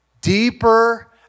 deeper